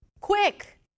quick